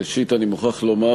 ראשית אני מוכרח לומר,